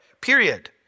period